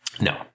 No